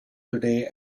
today